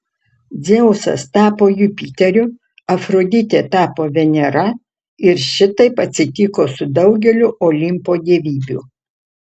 dzeusas tapo jupiteriu afroditė tapo venera ir šitaip atsitiko su daugeliu olimpo dievybių